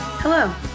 Hello